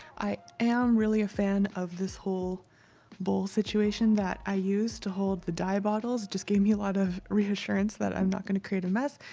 i am really a fan of this whole bowl situation that i used to hold the dye bottles, just gave me a lot of reassurance that i'm not gonna create a mess,